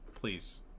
Please